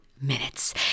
minutes